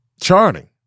charting